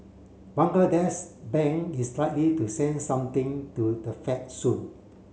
Bangladesh Bank is likely to send something to the Fed soon